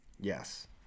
yes